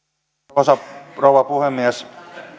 arvoisa rouva puhemies